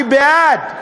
אני בעד,